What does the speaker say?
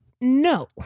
No